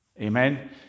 Amen